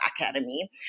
academy